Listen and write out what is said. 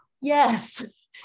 yes